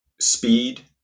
speed